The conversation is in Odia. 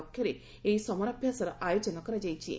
ଲକ୍ଷ୍ୟରେ ଏହି ସମରାଭ୍ୟାସର ଆୟୋଜନ କରାଯାଇଚି